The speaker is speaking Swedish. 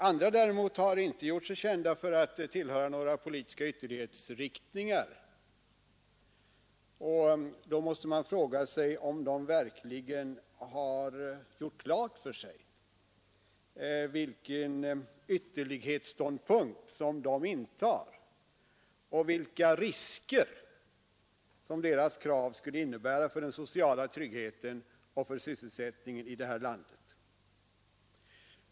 Andra däremot har inte gjort sig kända för att tillhöra någon politisk ytterlighetsriktning, och då måste man fråga om de verkligen har gjort klart för sig vilken ytterlighetsståndpunkt de intar och vilka risker som deras krav skulle innebära för den sociala tryggheten och för sysselsättningen i vårt land.